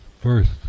first